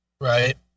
Right